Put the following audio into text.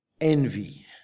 Envy